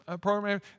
program